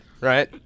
right